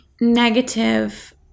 negative